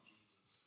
Jesus